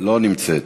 לא נמצאת.